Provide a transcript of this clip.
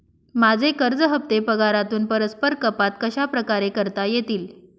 माझे कर्ज हफ्ते पगारातून परस्पर कपात कशाप्रकारे करता येतील?